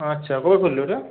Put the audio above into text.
আচ্ছা কবে করলি ওটা